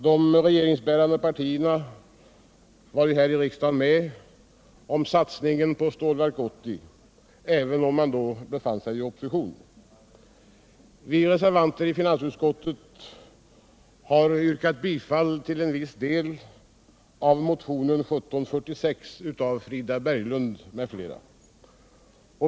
De regeringsbärande partierna var ju här i riksdagen med om satsningen på Stålverk 80, även om de då befann sig i opposition. Vi reservanter i finansutskottet har yrkat bifall till en viss del av motion 1746 av Frida Berglund m.fl.